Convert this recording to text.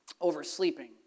oversleeping